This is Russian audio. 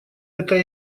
это